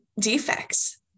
defects